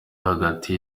hagati